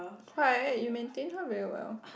why you maintain her very well